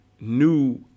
new